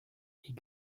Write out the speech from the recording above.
est